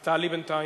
אז תעלי בינתיים.